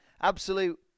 Absolute